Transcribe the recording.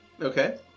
Okay